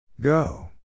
Go